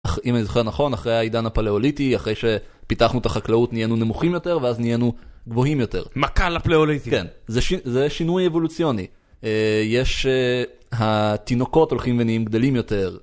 אם אני זוכר נכון, אחרי העידן הפלאוליטי, אחרי שפיתחנו את החקלאות נהיינו נמוכים יותר ואז נהיינו גבוהים יותר. מקל הפלאוליטי. כן. זה שינוי אבולוציוני. יש... התינוקות הולכים ונהיים גדלים יותר.